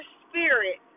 spirit